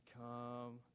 come